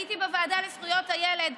הייתי בוועדה לזכויות הילד.